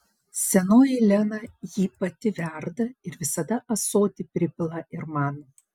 senoji lena jį pati verda ir visada ąsotį pripila ir man